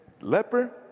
leper